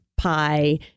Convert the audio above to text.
pie